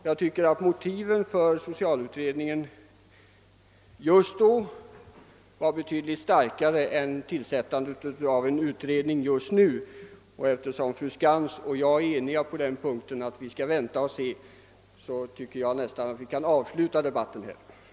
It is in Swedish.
Jag tycker att motiven för tillsättandet av socialutredningen var betydligt starkare än de skäl som nu finns för tillsättande av en utredning om lagen om allmän försäkring. Eftersom fru Skantz och jag är eniga på den punkten att vi bör vänta och se, anser jag också att debatten i detta ärende nu bör kunna avslutas.